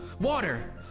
water